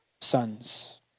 sons